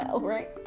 Right